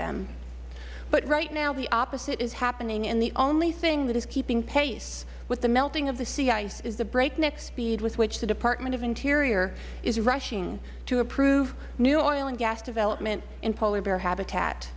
them but right now the opposite is happening and the only thing that is keeping pace with the melting of the sea ice is the breakneck speed with which the department of interior is rushing to improve new oil and gas development in polar bear habitat